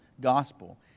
gospel